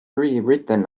rewritten